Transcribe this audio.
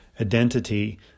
identity